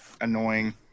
annoying